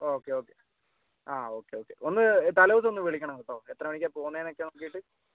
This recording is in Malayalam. ഓക്കേ ഓക്കേ ആ ഓക്കേ ഓക്കേ ഒന്ന് തലേ ദിവസമൊന്ന് വിളിക്കണം കേട്ടോ എത്ര മണിക്കാണ് പോവുന്നതെന്നൊക്കെ നോക്കിയിട്ട്